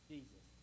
Jesus